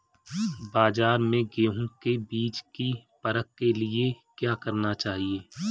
बाज़ार में गेहूँ के बीज की परख के लिए क्या करना चाहिए?